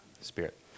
spirit